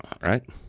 right